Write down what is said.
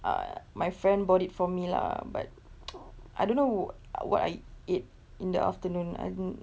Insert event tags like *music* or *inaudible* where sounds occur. err my friend bought it for me lah but *noise* I don't know wha~ what I ate in the afternoon *noise*